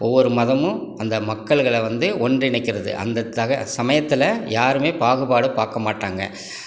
ஒவ்வொரு மதமும் அந்த மக்களுகளை வந்து ஒன்றிணைக்கிறது அந்த தக சமயத்தில் யாருமே பாகுபாடு பார்க்கமாட்டாங்க